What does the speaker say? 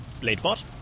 Bladebot